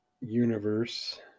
universe